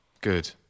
good